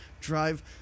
drive